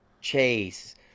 chase